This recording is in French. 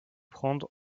prendre